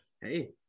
Hey